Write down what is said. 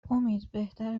امید، بهتره